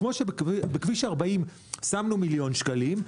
כמו שבכביש 40 שמנו מיליון שקלים,